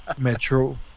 Metro